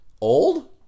Old